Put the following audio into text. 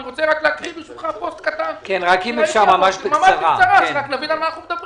אני רוצה ברשותך להקריא פוסט קטן כדי שנבין על מה אנחנו מדברים.